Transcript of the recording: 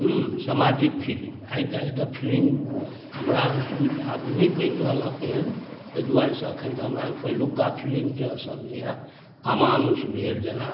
सामाजिक फिलिम आइकाल्हि तऽ फिलिम हमरा अनुसार नहि बनि रहल तेहन एहि दुआरेसँ एखन तऽ हमरा पहिलुका फिलिम जेसब जे अ अमानुष भेल जेना